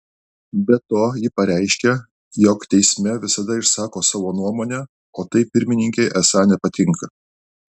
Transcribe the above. be to ji pareiškė jog teisme visada išsako savo nuomonę o tai pirmininkei esą nepatinka